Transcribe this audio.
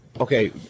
okay